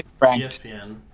ESPN